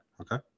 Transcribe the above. okay